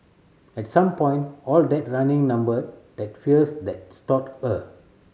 at some point all that running numbed that fears that stalked her